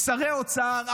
שרי אוצר,